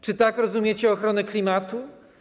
Czy tak rozumiecie ochronę klimatu?